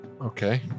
Okay